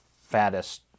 fattest